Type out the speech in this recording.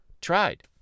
tried